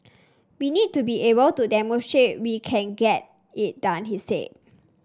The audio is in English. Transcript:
we need to be able to demonstrate we can get it done he said